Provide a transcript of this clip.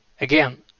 again